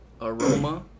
aroma